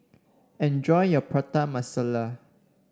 enjoy your Prata Masala